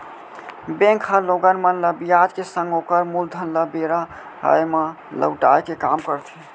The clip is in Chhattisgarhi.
बेंक ह लोगन मन ल बियाज के संग ओकर मूलधन ल बेरा आय म लहुटाय के काम करथे